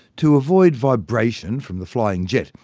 to avoid vibration from the flying jet,